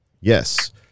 yes